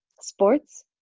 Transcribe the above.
sports